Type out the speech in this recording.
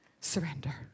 surrender